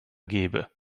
gebe